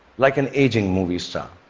like an aging movie star